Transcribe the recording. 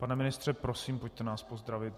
Pane ministře, prosím, pojďte nás pozdravit.